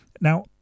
Now